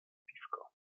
piwko